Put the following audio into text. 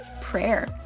prayer